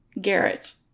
Garrett